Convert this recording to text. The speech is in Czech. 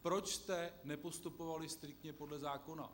Proč jste nepostupovali striktně podle zákona?